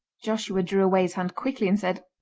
joshua drew away his hand quickly, and said,